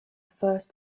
first